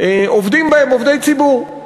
עובדים בהן עובדי ציבור,